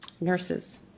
nurses